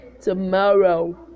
tomorrow